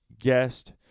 guest